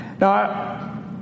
Now